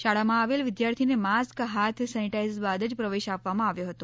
શાળામાં આવેલ વિદ્યાર્થીને માસ્ક હાથ સેનેટાઇઝ બાદ જ પ્રવેશ આપવામાં આવ્યો હતો